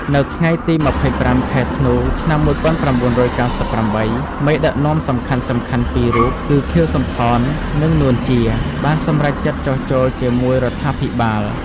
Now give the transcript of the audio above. នៅថ្ងៃទី២៥ ខែធ្នូ ឆ្នាំ១៩៩៨ មេដឹកនាំសំខាន់ៗពីររូបគឺ ខៀវ សំផន និង នួន ជា បានសម្រេចចិត្តចុះចូលជាមួយរដ្ឋាភិបាល។